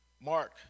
Mark